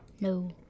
no